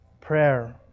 prayer